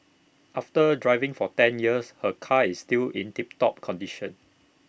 after driving for ten years her car is still in tip top condition